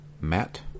Matt